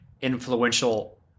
Influential